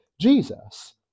Jesus